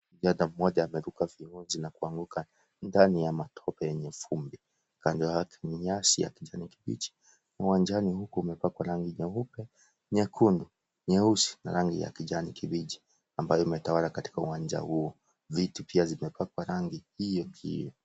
Dada mmoja ameruka kwenye Uzi na kuanguka ndani ya matope yenye vumbi kando yake ni nyasi ya kijani kibichi uwanjani kumepakwa rangi nyeupe nyekundu nyeusi na rangi ya kijani kibichi ambayo imetawala katika uwanja huo viti pia vime pakwa rangi hio hiyo.